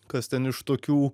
kas ten iš tokių